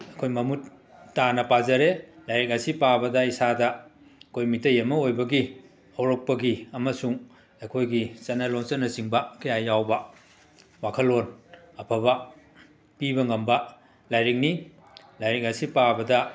ꯑꯩꯈꯣꯏ ꯃꯃꯨꯠ ꯇꯥꯅ ꯄꯥꯖꯔꯦ ꯂꯥꯏꯔꯤꯛ ꯑꯁꯤ ꯄꯥꯕꯗ ꯏꯁꯥꯗ ꯑꯩꯈꯣꯏ ꯃꯤꯇꯩ ꯑꯃ ꯑꯣꯏꯕꯒꯤ ꯍꯧꯔꯛꯄꯒꯤ ꯑꯃꯁꯨꯡ ꯑꯩꯈꯣꯏꯒꯤ ꯆꯠꯅ ꯂꯣꯟꯆꯠꯅꯆꯤꯡꯕ ꯀꯌꯥ ꯌꯥꯎꯕ ꯋꯥꯈꯜꯂꯣꯟ ꯑꯐꯕ ꯄꯤꯕ ꯉꯝꯕ ꯂꯥꯏꯔꯤꯛꯅꯤ ꯂꯥꯏꯔꯤꯛ ꯑꯁꯦ ꯄꯥꯕꯗ